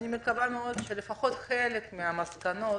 מקווה שלפחות חלק מהמסקנות